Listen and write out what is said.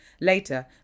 Later